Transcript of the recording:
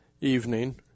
evening